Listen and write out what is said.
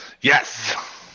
Yes